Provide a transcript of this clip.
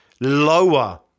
lower